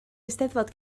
eisteddfod